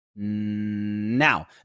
Now